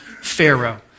Pharaoh